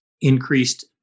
increased